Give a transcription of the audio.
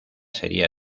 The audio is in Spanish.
sería